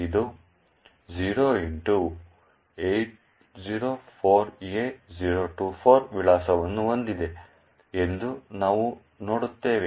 ಇದು 0x804A024 ವಿಳಾಸವನ್ನು ಹೊಂದಿದೆ ಎಂದು ನಾವು ನೋಡುತ್ತೇವೆ